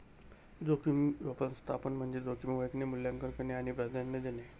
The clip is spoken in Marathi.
जोखीम व्यवस्थापन म्हणजे जोखीम ओळखणे, मूल्यांकन करणे आणि प्राधान्य देणे